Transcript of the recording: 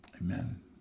Amen